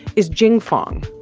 is jing fong,